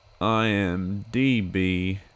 IMDB